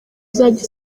uzajya